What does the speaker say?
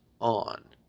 on